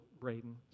Braden